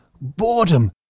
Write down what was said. Boredom